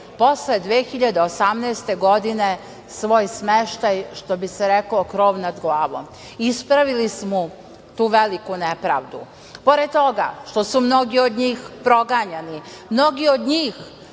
posle 2018. godine, svoj smeštaj, što bi se reklo krov nad glavom ispravili smo tu veliku nepravdu. Pored toga, što su mnogi od njih proganjani, mnogi od njih,